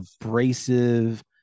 abrasive